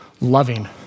loving